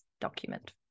document